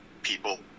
people